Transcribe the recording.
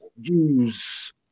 use